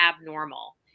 abnormal